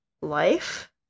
life